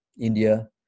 India